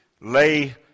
lay